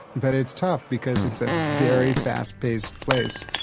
but it's tough because it's a very fast-paced place.